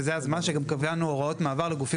וזה גם הזמן שקבענו בהוראות המעבר לגופים